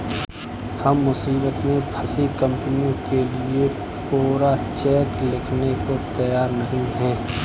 हम मुसीबत में फंसी कंपनियों के लिए कोरा चेक लिखने को तैयार नहीं हैं